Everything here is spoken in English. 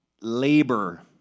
labor